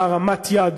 מעולם לא הייתה הרמת יד,